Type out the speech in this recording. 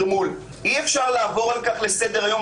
אי-אפשר לעבור על כך לסדר-היום.